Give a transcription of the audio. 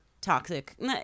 toxic